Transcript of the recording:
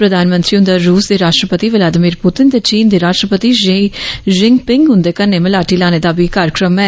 प्रधानमंत्री हुंदा रूस दे राष्ट्रपति व्लादिमीर पुतिन ते चीन दे राष्ट्रपति जी जिंगपिंग हुंदे कन्नै मलाटी लाने दा बी कार्जक्रम ऐ